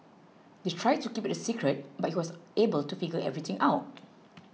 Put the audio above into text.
they tried to keep it a secret but he was able to figure everything out